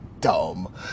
dumb